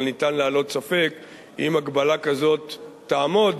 אבל אפשר להעלות ספק אם הגבלה כזאת תעמוד